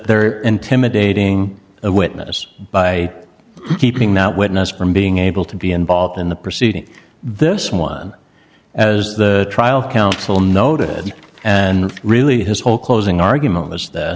they're intimidating a witness by keeping that witness from being able to be involved in the proceedings this one as the trial counsel noted and really his whole closing argument was